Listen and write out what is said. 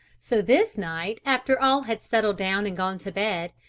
so this night after all had settled down and gone to bed,